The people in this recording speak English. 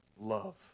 love